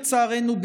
לצערנו,